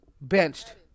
benched